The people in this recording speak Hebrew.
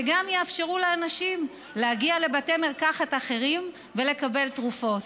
וגם יאפשרו לאנשים להגיע לבתי מרקחת אחרים ולקבל תרופות.